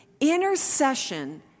Intercession